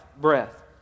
breath